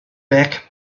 back